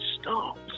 stop